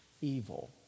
evil